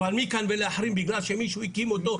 אבל מכאן עד להחרים בגלל שמישהו הקים אותו,